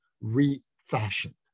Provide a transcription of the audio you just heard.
refashioned